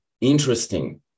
interesting